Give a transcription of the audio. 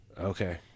Okay